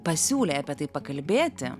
pasiūlei apie tai pakalbėti